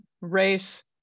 race